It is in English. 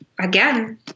again